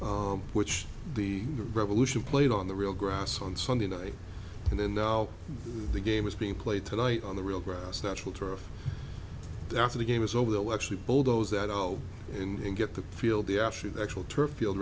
which the revolution played on the real grass on sunday night in and out the game is being played tonight on the real grass natural turf after the game is over they'll actually bulldoze that out and get the field the actually the actual turf field